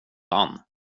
han